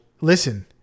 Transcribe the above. listen